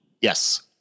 yes